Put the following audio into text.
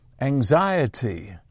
anxiety